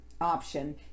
option